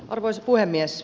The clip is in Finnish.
arvoisa puhemies